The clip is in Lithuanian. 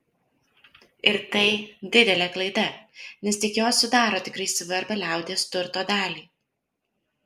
ir tai didelė klaida nes tik jos sudaro tikrai svarbią liaudies turto dalį